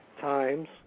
Times